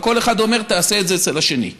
אבל כל אחד אומר: תעשה את זה אצל השני.